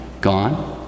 gone